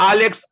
Alex